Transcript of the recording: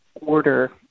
order